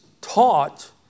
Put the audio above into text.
taught